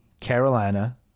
Carolina